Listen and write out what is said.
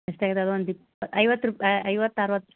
ಎಷ್ಟು ಆಗಿದೆ ಅದು ಒಂದು ಇಪ್ ಐವತ್ತು ರೂಪಾಯಿ ಐವತ್ತು ಅರ್ವತ್ತು